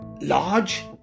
large